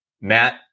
Matt